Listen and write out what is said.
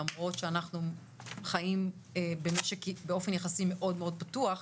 למרות שאנחנו חיים במשק באופן יחסי מאוד פתוח,